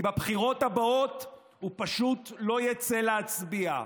כי בבחירות הבאות הוא פשוט לא יצא להצביע.